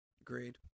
Agreed